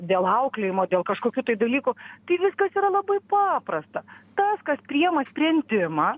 dėl auklėjimo dėl kažkokių dalykų kai viskas yra labai paprasta tas kas priima sprendimą